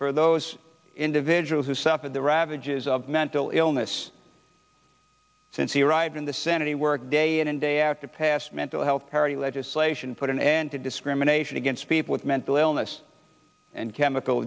for those individuals who suffered the ravages of mental illness since he arrived in the senate he worked day in and day out to pass mental health parity legislation put an end to discrimination against people with mental illness and chemical